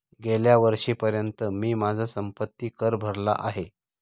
गेल्या वर्षीपर्यंत मी माझा संपत्ति कर भरला आहे